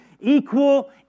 Equal